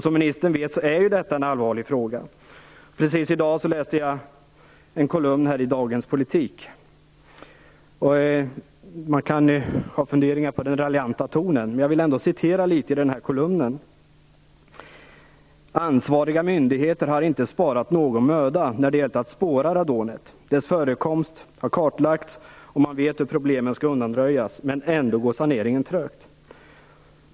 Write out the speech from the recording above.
Som ministern vet är ju detta en allvarlig fråga. Precis i dag har jag läst en kolumn i tidningen Dagens Politik. Man kan ha funderingar kring den raljanta tonen, men jag vill ändå citera ur kolumnen: "Ansvariga myndigheter har inte sparat någon möda när det gällt att spåra radonet. Dess förekomst har kartlagts och man vet hur problemen skall undanröjas, men ändå går saneringen trögt.